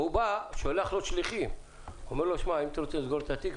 והוא שולח לו שליחים ואומר לו: אם אתה רוצה לסגור את התיק,